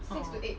uh